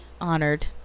honored